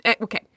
okay